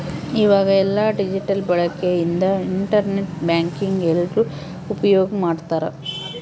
ಈವಾಗ ಎಲ್ಲ ಡಿಜಿಟಲ್ ಬಳಕೆ ಇಂದ ಇಂಟರ್ ನೆಟ್ ಬ್ಯಾಂಕಿಂಗ್ ಎಲ್ರೂ ಉಪ್ಯೋಗ್ ಮಾಡ್ತಾರ